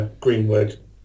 Greenwood